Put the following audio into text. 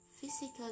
physical